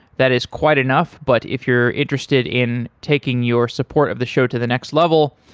that is quite enough, but if you're interested in taking your support of the show to the next level,